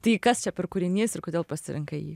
tai kas čia per kūrinys ir kodėl pasirinkai jį